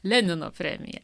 lenino premija